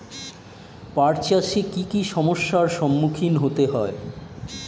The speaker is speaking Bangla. পাঠ চাষে কী কী সমস্যার সম্মুখীন হতে হয়?